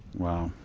wow.